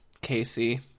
Casey